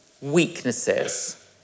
weaknesses